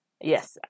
Yes